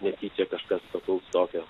netyčia kažkas papuls tokio